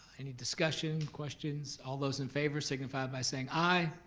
any discussions, questions? all those in favor signify by saying aye.